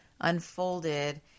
unfolded